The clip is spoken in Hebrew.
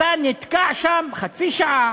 אתה נתקע שם חצי שעה,